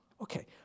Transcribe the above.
Okay